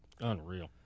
unreal